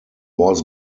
was